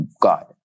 God